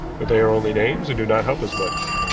but they are only names and do not help us much.